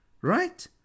right